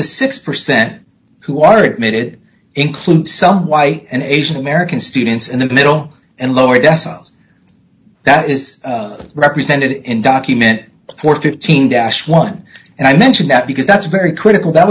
the six percent who are admitted include some white and asian american students in the middle and lower deciles that is represented in document for fifteen dash one and i mention that because that's a very critical that